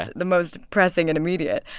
ah the most pressing and immediate.